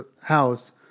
house